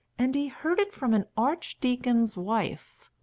and he heard it from an archdeacon's wife.